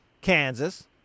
Kansas